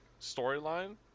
storyline